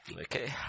Okay